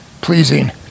pleasing